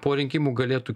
po rinkimų galėtų